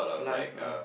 live uh